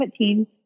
2017